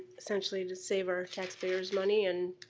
essentially, to save our tax payers money and